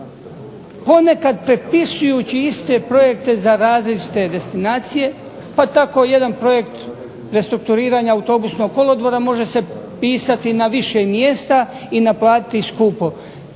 ponekad prepisujući iste projekte za različite destinacije, pa tako jedan projekt restrukturiranja autobusnog kolodvora može se pisati na više mjesta, i naplatiti skupo.